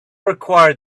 required